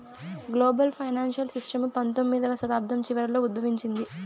global financial system పంతొమ్మిదవ శతాబ్దం చివరలో ఉద్భవించింది